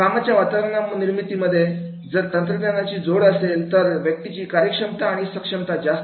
कामाच्या वातावरण निर्मितीमध्ये जर तंत्रज्ञानाची जोड असेल तर व्यक्तीची कार्यक्षमता आणि सक्षमता जास्त असेल